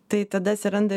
tai tada atsiranda